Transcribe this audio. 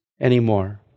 anymore